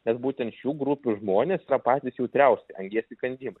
nes būtent šių grupių žmonės patys jautriausi angies įkandimui